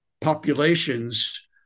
populations